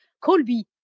Colby